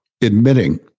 admitting